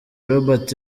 robert